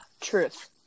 Truth